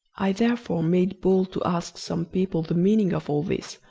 i therefore made bold to ask some people the meaning of all this,